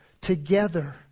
together